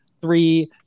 three